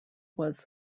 was